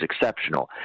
exceptional